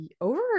over